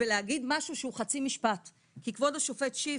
ולהגיד משהו שהוא חצי משפט, כי כבוד השופט שיף,